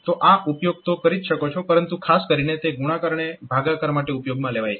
તો આ ઉપયોગ તો કરી જ શકો છો પરંતુ ખાસ કરીને તે ગુણાકાર અને ભાગાકાર માટે ઉપયોગમાં લેવાય છે